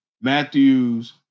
Matthews